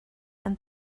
and